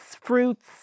fruits